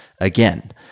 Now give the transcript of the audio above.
again